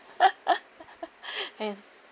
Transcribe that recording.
and